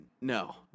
no